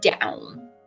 down